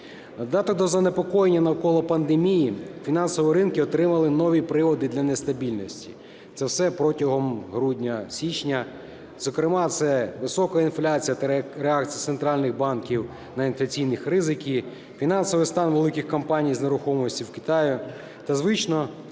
додаток до занепокоєння навколо пандемії фінансові ринки отримали нові приводи для нестабільності, це все протягом грудня, січня. Зокрема, це висока інфляція та реакція центральних банків на інфляційні ризики. Фінансовий стан великих компаній з нерухомості в Китаї та, звичайно,